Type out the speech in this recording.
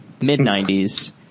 mid-90s